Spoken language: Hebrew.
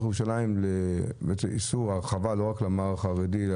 ירושלים לאיסור ההרחבה לא רק למע"ר החרדי,